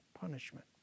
punishment